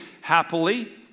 happily